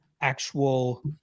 actual